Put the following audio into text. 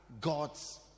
God's